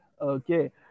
Okay